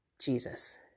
Jesus